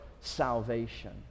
salvation